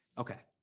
okay.